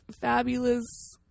fabulous